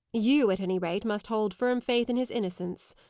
you, at any rate, must hold firm faith in his innocence.